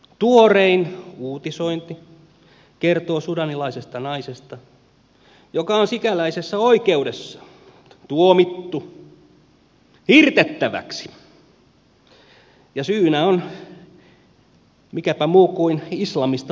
tuorein uutisointi kertoo sudanilaisesta naisesta joka on sikäläisessä oikeudessa tuomittu hirtettäväksi ja syynä on mikäpä muu kuin islamista luopuminen